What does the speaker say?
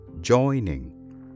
joining